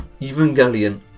Evangelion